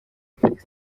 felix